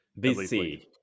BC